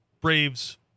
Braves